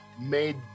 made